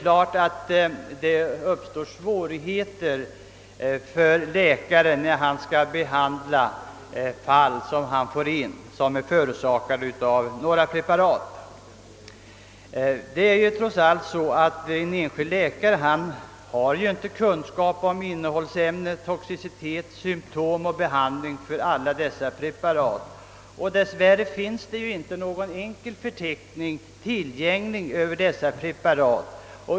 Givetvis uppstår svårigheter för en läkare när han skall behandla förgiftningsolycksfall. Ingen enskild läkare kan ha kunskap om innehållsämne, toxicitet, symtom och behandling för alla dessa preparat. Dess värre finns ingen enkel förteckning tillgänglig.